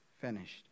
finished